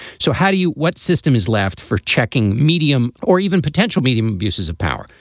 so how do you what system is left for checking medium or even potential medium abuses of power?